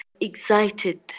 excited